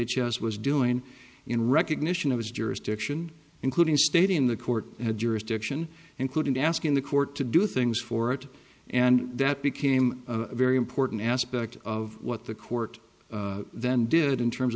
as was doing in recognition of his jurisdiction including state in the court had jurisdiction including asking the court to do things for it and that became a very important aspect of what the court then did in terms